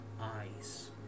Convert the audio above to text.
eyes